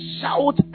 shout